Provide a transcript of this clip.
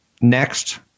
Next